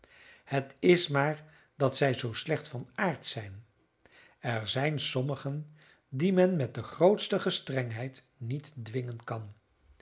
het is maar dat zij zoo slecht van aard zijn er zijn sommigen die men met de grootste gestrengheid niet dwingen kan